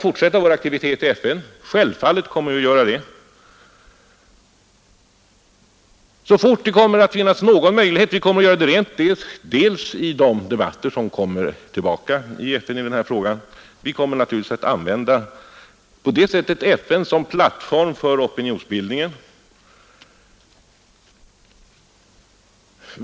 Vi kommer självfallet att fortsätta vår aktivitet i FN i de debatter i denna fråga som återkommer, vi kommer på det sättet att använda FN som plattform för opinionsbildningen.